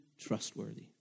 trustworthy